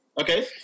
Okay